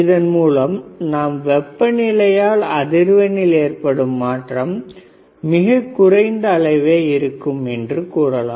இதன் மூலம் நாம் வெப்பநிலையால் அதிர்வெண்ணில் ஏற்படும் மாற்றம் மிகக் குறைந்த அளவே இருக்கும் என்று கூறலாம்